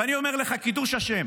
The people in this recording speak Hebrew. ואני אומר לך, קידוש השם